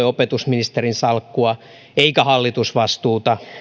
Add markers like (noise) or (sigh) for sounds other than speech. (unintelligible) opetusministerin salkkua eikä hallitusvastuuta